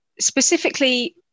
specifically